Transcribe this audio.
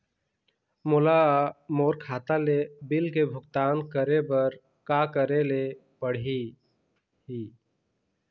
मोला मोर खाता ले बिल के भुगतान करे बर का करेले पड़ही ही?